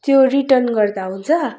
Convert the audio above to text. त्यो रिटर्न गर्दा हुन्छ